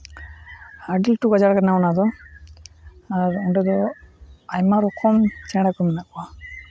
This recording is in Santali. ᱟᱹᱰᱤ ᱞᱟᱹᱴᱩ ᱜᱟᱡᱟᱲ ᱠᱟᱱᱟ ᱚᱱᱟᱫᱚ ᱟᱨ ᱚᱸᱰᱮ ᱫᱚ ᱟᱭᱢᱟ ᱨᱚᱠᱚᱢ ᱪᱮᱬᱮ ᱠᱚ ᱢᱮᱱᱟᱜ ᱠᱚᱣᱟ